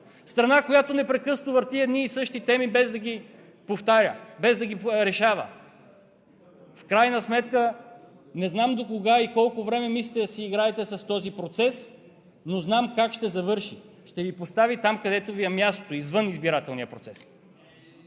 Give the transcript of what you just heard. Страна, която непрекъснато върти едни и същи теми, без да ги решава. В крайна сметка не знам докога и колко време мислите да си играете с този процес, но знам как ще завърши: ще Ви постави там, където Ви е мястото – извън избирателния процес.